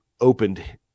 opened